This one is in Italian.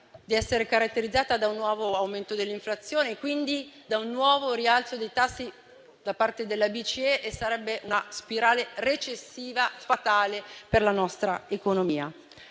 di essere caratterizzata da un nuovo aumento dell'inflazione e quindi da un nuovo rialzo dei tassi da parte della BCE, e ciò sarebbe una spirale recessiva fatale per la nostra economia.